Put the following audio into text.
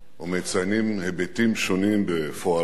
ומציינים היבטים שונים בפועלו